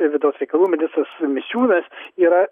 ir vidaus reikalų ministras misiūnas yra